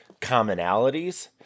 commonalities